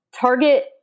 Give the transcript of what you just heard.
Target